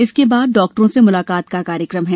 इसके बाद डॉक्टरों से मुलाकात का कार्यक्रम है